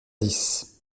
dix